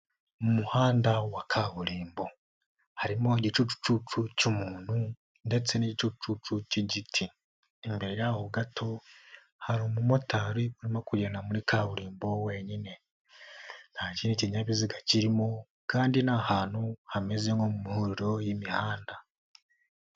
Umuhanda wa kaburimbo harimo igicucucu cy'umuntu ndetse n'igicucucu cy'igiti, imbere yaho gato hari umumotari urimo kugenda muri kaburimbo wenyine, nta kindi kinyabiziga kirimo kandi ni ahantu hameze nko mu mahuriro y'imihanda.